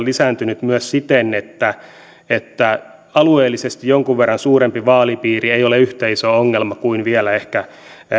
lisääntynyt myös siten että että alueellisesti jonkun verran suurempi vaalipiiri ei ole yhtä iso ongelma kuin vielä ehkä